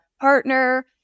partner